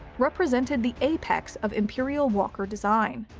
represented the apex of imperial walker design.